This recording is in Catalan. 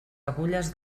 agulles